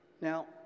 Now